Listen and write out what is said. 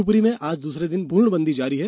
शिवपूरी में आज दूसरे दिन भी पूर्णबंदी जारी है